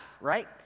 right